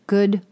Good